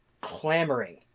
clamoring